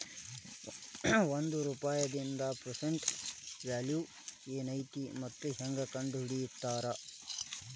ಒಂದ ರೂಪಾಯಿದ್ present value ಏನೈತಿ ಮತ್ತ ಹೆಂಗ ಕಂಡಹಿಡಿತಾರಾ